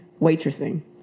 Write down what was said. waitressing